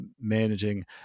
managing